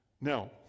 Now